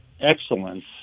excellence